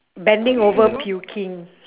bending over puking